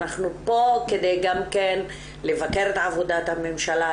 אנחנו פה כדי גם כן לבקר את עבודת הממשלה,